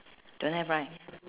don't have right